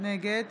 נגד